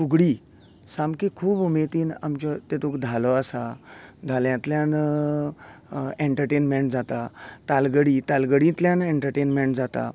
फुगडी सामकी खूब उमेदीन आमच्यो तेतूंक धालो आसा धाल्याांतल्यान एन्टरटेन्मेंट जाता तालगडी तालगडेंतल्यान एन्टरटेन्मेंट जाता